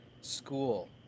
school